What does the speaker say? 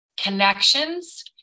connections